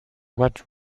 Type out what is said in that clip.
what